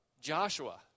Joshua